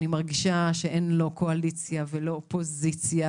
אני מרגישה שבאמת אין לא קואליציה ולא אופוזיציה,